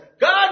God